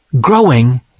growing